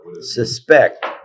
suspect